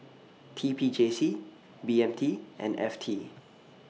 T P J C B M T and F T